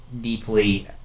deeply